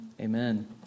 amen